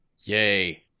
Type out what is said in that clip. yay